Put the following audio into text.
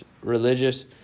religious